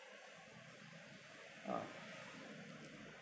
ah